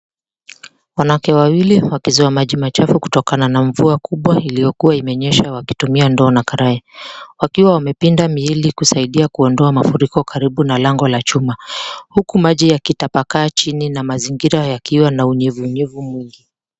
Wanawake wawili wakizoa maji kutokana na mvua kubwa iliokuwa imenyesha wakitumia ndoo na karai, wakiwa wamepinda miili wakiwa wanasaidia kuondoa maafuriko karibu na mlango wa chuma huku maji ya kitapakaa chini na mazingira kuwa na unyevunyevu mwingi.